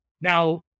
Now